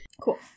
cool